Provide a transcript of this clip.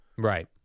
Right